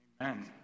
Amen